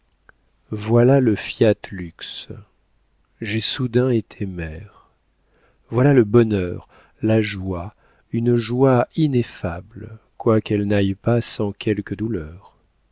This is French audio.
voilà le fiat lux j'ai soudain été mère voilà le bonheur la joie une joie ineffable quoiqu'elle n'aille pas sans quelques douleurs